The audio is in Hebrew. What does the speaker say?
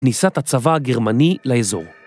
כניסת הצבא הגרמני לאזור